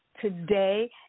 today